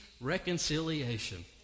reconciliation